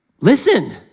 listen